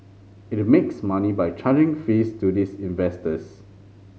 it makes money by charging fees to these investors